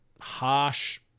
harsh